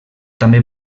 també